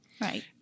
Right